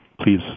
please